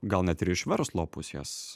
gal net ir iš verslo pusės